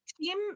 team